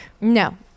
No